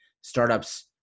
startups